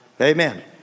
Amen